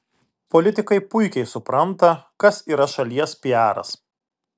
politikai puikiai supranta kas yra šalies piaras